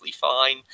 fine